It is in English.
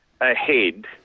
ahead